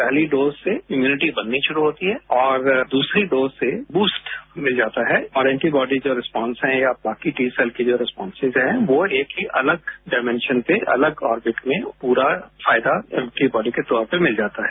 पहली डोज से इम्यूनिटी बननी शुरू होती है और दूसरी डोज से वूस्ट मिल जाता है और एंटीबॉजी जो रिसपॉन्स हैं और बाकी की जो रिस्पॉन्सिज हैं वो एक ही अलग डाइमेंशन पे अलग ऑर्बिट में पूरा फायदा एंटीबॉडी के तौर पे मिल जाता है